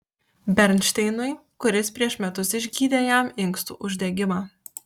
bernšteinui kuris prieš metus išgydė jam inkstų uždegimą